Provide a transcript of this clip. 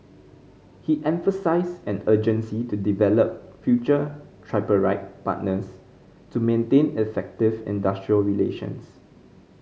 he emphasised an urgency to develop future tripartite partners to maintain effective industrial relations